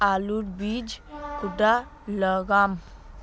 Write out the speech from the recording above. आलूर बीज कुंडा लगाम?